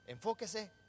enfóquese